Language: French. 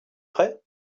frais